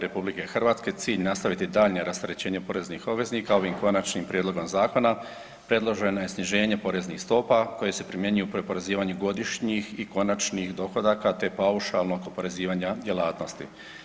RH cilj nastaviti daljnje rasterećenje poreznih obveznika ovim konačnim prijedlogom zakona predloženo je sniženje poreznih stopa koje se primjenjuju pri oporezivanju godišnjih i konačnih dohodaka paušalog oporezivanja djelatnosti.